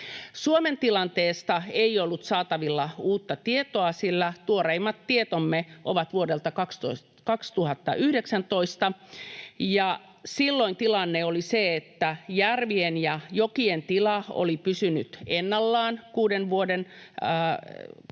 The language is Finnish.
Suomen tilanteesta ei ollut saatavilla uutta tietoa, sillä tuoreimmat tietomme ovat vuodelta 2019, ja silloin tilanne oli se, että järvien ja jokien tila oli pysynyt ennallaan kuuden vuoden